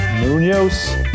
Munoz